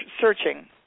Searching